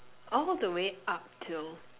all the way up till